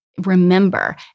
remember—